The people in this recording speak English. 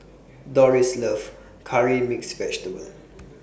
Doris loves Curry Mixed Vegetable